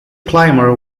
clymer